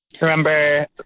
remember